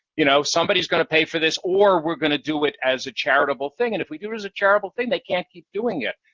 you know somebody's going to pay for this, or we're going to do it as a charitable thing. and if we do it as a charitable thing, they can't keep doing it.